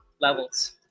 levels